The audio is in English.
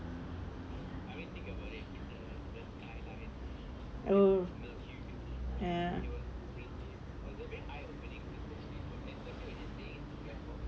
oh ya